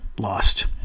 lost